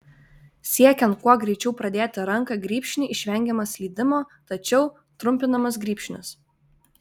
siekiant kuo greičiau pradėti ranka grybšnį išvengiama slydimo tačiau trumpinamas grybšnis